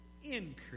increase